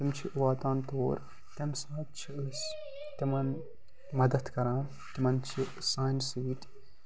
تِم چھِ واتان تور تَمہِ ساتہٕ چھِ أسۍ تِمَن مَدت کران تِمَن چھِ سانہِ سۭتۍ